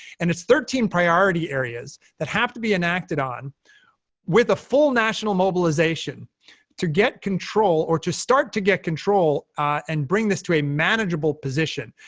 and it's thirteen priority areas that have to be enacted on with a full national mobilization to get control or to start to get control and bring this to a manageable position,